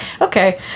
Okay